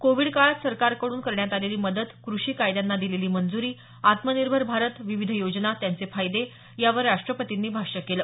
Covid काळात सरकारकडून करण्यात आलेली मदत कृषी कायद्यांना दिलेली मंजूरी आत्मनिर्भर भारत विविध योजना त्यांचे फायदे यावर राष्ट्रपतींनी भाष्य केलं